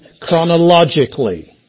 chronologically